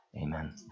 Amen